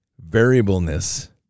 variableness